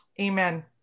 Amen